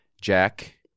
Jack